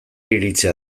iritzia